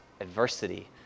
adversity